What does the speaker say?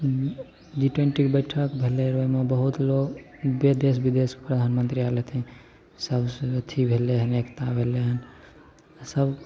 जी twenty बैठक भेलै ओहिमे बहुत लोक बे देश विदेशके प्रधानमन्त्री आएल रहथिन सब अथी भेलै हँ एकता भेलै हँ सब